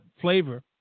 flavor